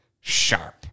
Sharp